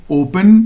open